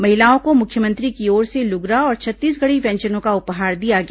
महिलाओं को मुख्यमंत्री की ओर से लुगरा और छत्तीसगढ़ी व्यंजनों का उपहार दिया गया